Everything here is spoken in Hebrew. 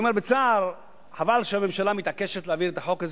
אני אומר בצער: חבל שהממשלה מתעקשת להעביר את החוק הזה,